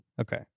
Okay